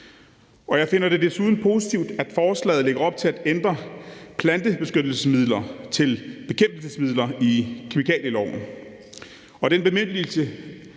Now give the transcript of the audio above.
Jeg finder det desuden positivt, at forslaget lægger op til at ændre plantebeskyttelsesmidler til bekæmpelsesmidler i kemikalieloven.